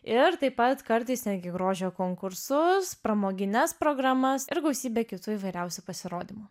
ir taip pat kartais netgi grožio konkursus pramogines programas ir gausybę kitų įvairiausių pasirodymų